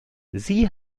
sie